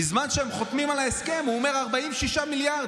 בזמן שהם חותמים על ההסכם הוא אומר 46 מיליארד,